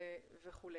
וכו'.